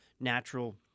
natural